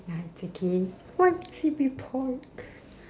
ya it's okay why must it be pork